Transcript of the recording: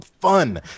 fun